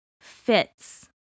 fits